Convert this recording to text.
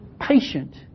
patient